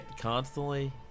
constantly